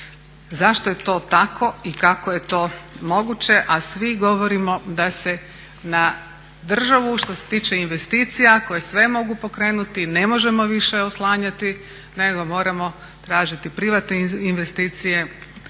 zašto je to tako i kako je to moguće, a svi govorimo da se na državu što se tiče investicija koje sve mogu pokrenuti ne možemo više oslanjati nego moramo tražiti privatne investicije.